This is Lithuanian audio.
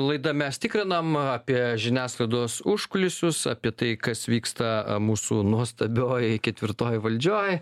laida mes tikrinam apie žiniasklaidos užkulisius apie tai kas vyksta mūsų nuostabioj ketvirtoj valdžioj